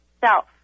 self